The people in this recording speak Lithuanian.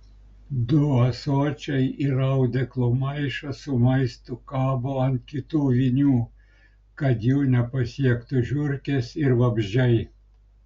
du ąsočiai ir audeklo maišas su maistu kabo ant kitų vinių kad jų nepasiektų žiurkės ir vabzdžiai